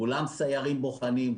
כולם סיירים בוחנים,